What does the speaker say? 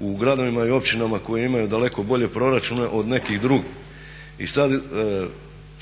u gradovima i općinama koje imaju daleko bolje proračune od nekih drugih.